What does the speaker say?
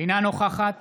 אינה נוכחת